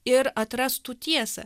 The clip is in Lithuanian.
ir atrastų tiesą